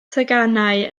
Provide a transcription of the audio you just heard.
teganau